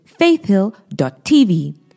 faithhill.tv